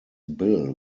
bill